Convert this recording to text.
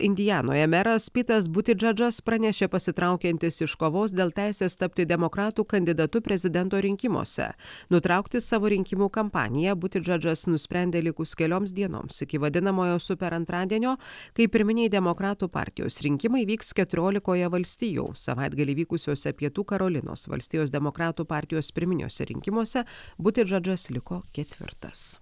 indianoje meras pitas butidžedžas pranešė pasitraukiantis iš kovos dėl teisės tapti demokratų kandidatu prezidento rinkimuose nutraukti savo rinkimų kampaniją butidžedžas nusprendė likus kelioms dienoms iki vadinamojo super antradienio kai pirminiai demokratų partijos rinkimai vyks keturiolikoje valstijų savaitgalį vykusiuose pietų karolinos valstijos demokratų partijos pirminiuose rinkimuose butidžedžas liko ketvirtas